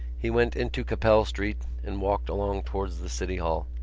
he went into capel street and walked along towards the city hall.